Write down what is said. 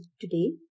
today